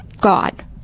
God